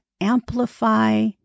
amplify